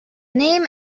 name